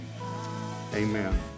amen